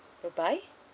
bye bye